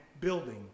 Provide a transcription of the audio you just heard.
building